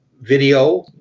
video